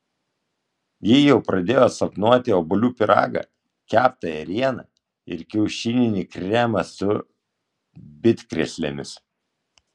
ji jau pradėjo sapnuoti obuolių pyragą keptą ėrieną ir kiaušininį kremą su bitkrėslėmis